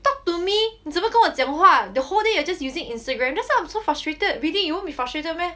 talk to me 你怎么跟我讲话 the whole day you're just using Instagram that's why I'm so frustrated really you won't be frustrated meh